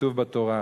כתוב בתורה: